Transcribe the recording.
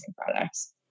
products